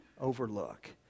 overlook